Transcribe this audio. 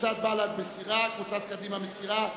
קבוצת בל"ד, מסירה, קבוצת קדימה, מסירה,